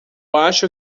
acho